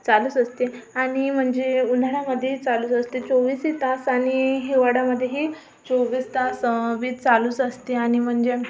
चालूच असते आणि म्हणजे उन्हाळ्यामधे चालूच असते चोवीसही तास आणि हिवाळ्यामधेही चोवीस तास वीज चालूच असते आणि म्हणजे